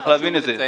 צריך להבין את זה.